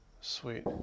Sweet